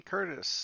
Curtis